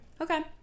Okay